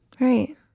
right